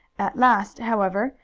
at last, however,